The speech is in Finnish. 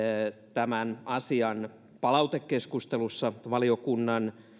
tämän asian palautekeskustelussa valiokunnan